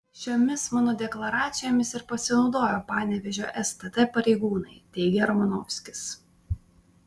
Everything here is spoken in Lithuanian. šiomis mano deklaracijomis ir pasinaudojo panevėžio stt pareigūnai teigė romanovskis